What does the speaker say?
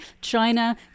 China